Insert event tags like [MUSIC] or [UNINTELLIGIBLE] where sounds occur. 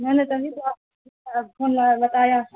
میں نے تبھی تو آپ [UNINTELLIGIBLE] فون لگا کے بتایا